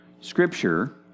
Scripture